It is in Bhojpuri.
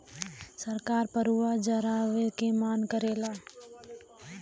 सरकार पुअरा जरावे से मना करेला